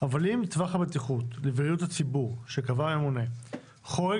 אבל אם טווח הבטיחות לבריאות הציבור שקבע הממונה חורג,